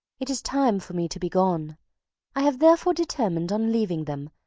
it is time for me to be gone i have therefore determined on leaving them,